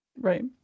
Right